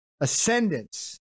ascendance